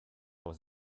was